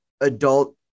adult